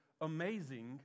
amazing